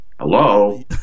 Hello